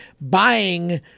buying